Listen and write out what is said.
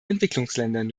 entwicklungsländern